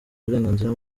uburenganzira